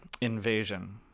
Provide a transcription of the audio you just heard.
invasion